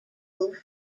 roof